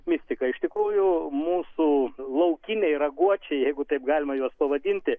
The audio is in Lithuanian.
mistika iš tikrųjų mūsų laukiniai raguočiai jeigu taip galima juos pavadinti